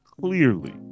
clearly